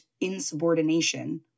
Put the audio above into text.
insubordination